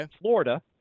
Florida